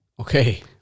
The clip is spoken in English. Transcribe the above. Okay